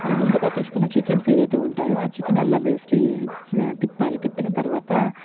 మనం ముందుగా తీసుకున్న చికెన్స్ ఎదయితే ఉంటాయో ఆ చికెన్ అల్లం పేస్ట్ తిప్పాలి తిప్పిన తర్వాత